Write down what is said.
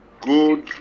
good